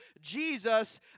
Jesus